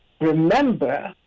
remember